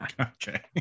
Okay